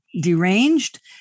deranged